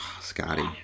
Scotty